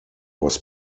was